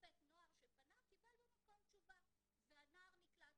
שופט נוער שפנה קיבל במקום תשובה והנער נקלט.